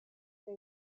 they